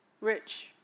rich